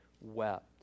wept